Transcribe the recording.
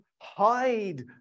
hide